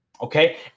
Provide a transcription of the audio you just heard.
okay